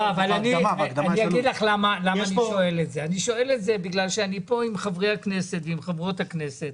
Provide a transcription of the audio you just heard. אני שואל את זה כי אני כאן עם חברי הכנסת ועם חברות הכנסת.